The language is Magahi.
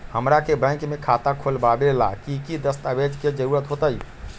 हमरा के बैंक में खाता खोलबाबे ला की की दस्तावेज के जरूरत होतई?